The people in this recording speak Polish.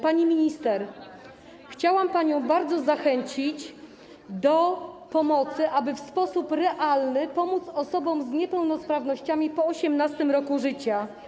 Pani minister, chciałam panią bardzo zachęcić do pomocy, aby w sposób realny pomóc osobom z niepełnosprawnościami po 18. roku życia.